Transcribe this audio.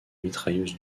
mitrailleuses